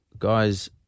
Guys